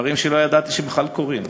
דברים שלא ידעתי שבכלל קורים.